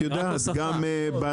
זהו,